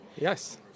Yes